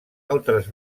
altres